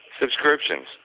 subscriptions